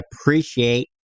appreciate